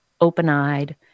open-eyed